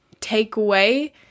takeaway